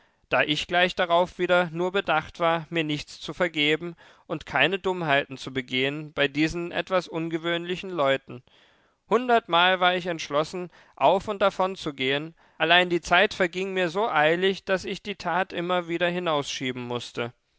da ich gleich darauf wieder nur bedacht war mir nichts zu vergeben und keine dummheiten zu begehen bei diesen etwas ungewöhnlichen leuten hundertmal war ich entschlossen auf und davonzugehen allein die zeit verging mir so eilig daß ich die tat immer wieder hinausschieben mußte